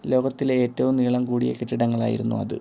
ലോകത്തിലെ ഏറ്റവും നീളം കൂടിയ കെട്ടിടങ്ങളായിരുന്നു അത്